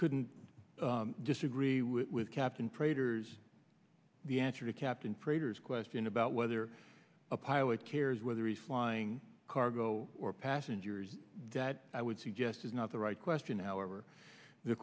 couldn't disagree with captain prater's the answer to captain freighters question about whether a pilot cares whether he's flying cargo or passengers that i would suggest is not the right question however the